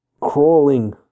crawling